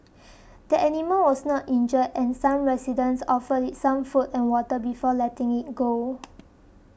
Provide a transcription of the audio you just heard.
the animal was not injured and some residents offered it some food and water before letting it go